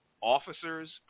officers